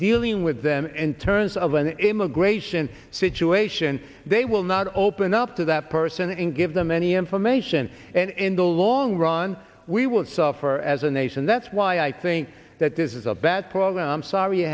dealing with them in terms of an immigration situation they will not open up to that person and give them any information and in the long run we will suffer as a nation that's why i think that this is a bad program sorry